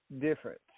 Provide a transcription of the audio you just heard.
difference